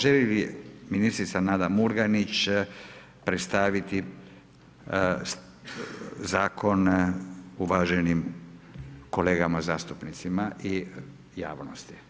Želi li ministrica Nada Murganić predstaviti zakon uvaženim kolegama zastupnicima i javnosti?